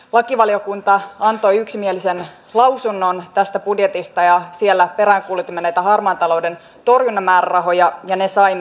lakivaliokunta antoi yksimielisen lausunnon tästä budjetista ja siellä peräänkuulutimme näitä harmaan talouden torjunnan määrärahoja ja ne saimme